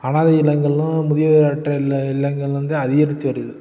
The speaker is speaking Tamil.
அனாதை இல்லங்களும் முதியோரற்ற இல்ல இல்லங்களும்தான் அதிகரித்து வருது